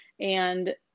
And-